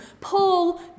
Paul